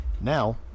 Now